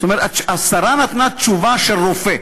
זאת אומרת, השרה נתנה תשובה של רופא,